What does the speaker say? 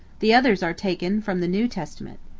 the others are taken from the new testament.